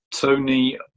Tony